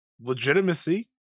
legitimacy